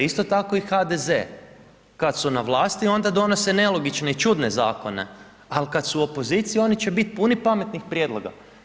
Isto tako i HDZ, kad su na vlasti onda donose nelogične i čudne zakone, al kad su u opoziciji oni će biti puni pametnih prijedloga.